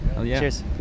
Cheers